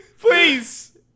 Please